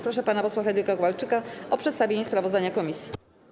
Proszę pana posła Henryka Kowalczyka o przedstawienie sprawozdania komisji.